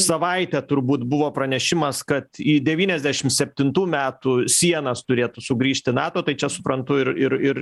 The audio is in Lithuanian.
savaitę turbūt buvo pranešimas kad į devyniasdešim septintų metų sienas turėtų sugrįžti nato tai čia suprantu ir ir ir